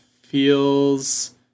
feels